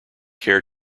care